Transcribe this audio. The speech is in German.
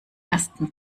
ersten